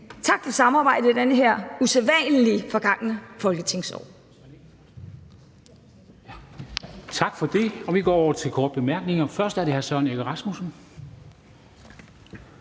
Tak for samarbejdet i det her usædvanlige, forgangne folketingsår.